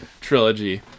trilogy